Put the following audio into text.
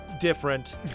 different